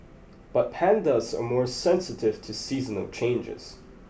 but pandas are more sensitive to seasonal changes